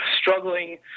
struggling